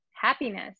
happiness